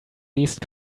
least